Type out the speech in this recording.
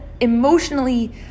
emotionally